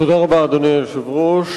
תודה רבה, אדוני היושב-ראש.